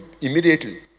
immediately